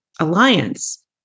alliance